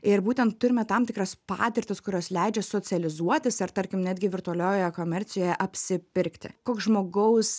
ir būtent turime tam tikras patirtis kurios leidžia socializuotis ar tarkim netgi virtualioje komercijoje apsipirkti koks žmogaus